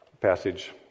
passage